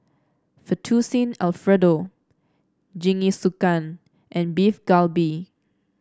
Fettuccine Alfredo Jingisukan and Beef Galbi